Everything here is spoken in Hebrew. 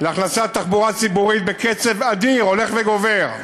הכנסת תחבורה ציבורית בקצב אדיר, הולך וגובר,